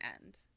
end